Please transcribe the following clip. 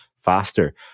faster